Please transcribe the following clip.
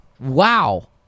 Wow